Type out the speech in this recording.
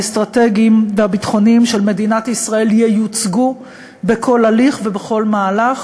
האסטרטגיים והביטחוניים של מדינת ישראל ייוצגו בכל הליך ובכל מהלך,